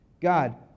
God